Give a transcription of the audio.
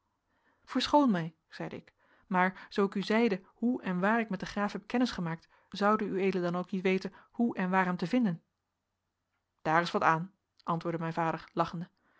verschoon mij zeide ik maar zoo ik u zeide hoe en waar ik met den graaf heb kennis gemaakt zoude ued dan ook niet weten hoe en waar hem te vinden daar is wat aan antwoordde mijn vader lachende